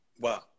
Wow